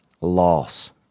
loss